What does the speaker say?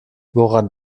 woran